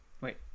wait